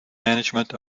management